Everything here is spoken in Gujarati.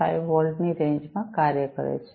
5 વોલ્ટ ની રેન્જમાં કાર્ય કરે છે